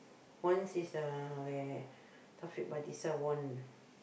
once is the where Taufik-Batisah won